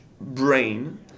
brain